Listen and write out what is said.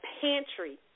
pantry